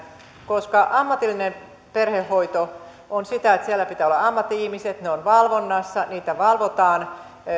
koska ammatillinen perhehoito on sitä että siellä pitää olla ammatti ihmiset se on valvonnassa sitä valvotaan